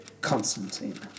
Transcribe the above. Constantine